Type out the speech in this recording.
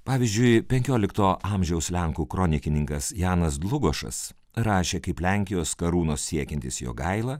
pavyzdžiui penkiolikto amžiaus lenkų kronikininkas janas dlugošas rašė kaip lenkijos karūnos siekiantis jogaila